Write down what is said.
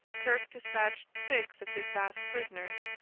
kirke dispatched six of his basque prisoners,